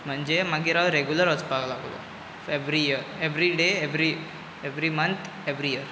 म्हणजे मागीर हांव रेगुलर वचपाक लागलों every year every day every month every year